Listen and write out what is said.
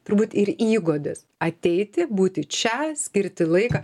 turbūt ir įgūdis ateiti būti čia skirti laiką